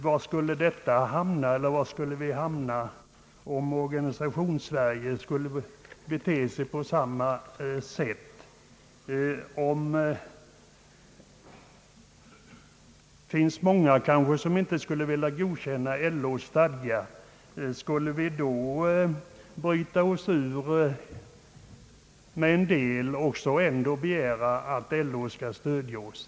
Var skulle vi hamna, om man på andra områden inom organisations-Sverige skulle bete sig på liknande sätt? Många kanske inte skulle vilja godkänna LO:s stadgar. Då skulle de ha rätt att bryta sig ut och ändå begära LO:s stöd.